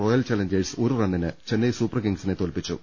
royal Challengers ഒരു റണ്ണിന് Chennai Super കിംഗ്സിനെ തോല്പി ച്ചു